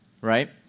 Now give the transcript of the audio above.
right